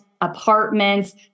apartments